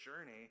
journey